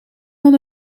dan